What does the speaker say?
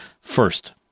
First